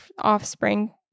offspring